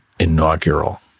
inaugural